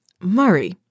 Murray